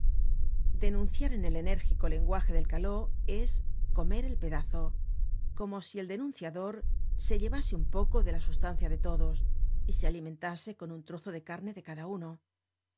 denunciar en el enérgico lenguaje del caló es comer el pedazo como si el denunciador se llevase un poco de la sustancia de todos y se alimentase con un trozo de carne de cada uno